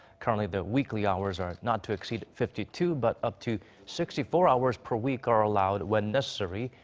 currently, the weekly hours are not to exceed fifty two, but up to sixty four hours per week are allowed when necessary,